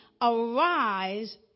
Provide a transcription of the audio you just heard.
Arise